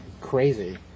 Crazy